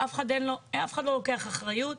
שאף אחד לא לוקח אחריות,